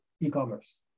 e-commerce